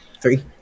Three